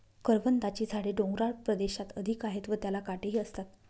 करवंदाची झाडे डोंगराळ प्रदेशात अधिक आहेत व त्याला काटेही असतात